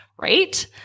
right